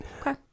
Okay